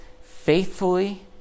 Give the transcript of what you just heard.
faithfully